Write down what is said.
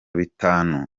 bitanu